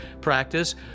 practice